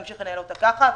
להמשיך לנהל אותה ככה.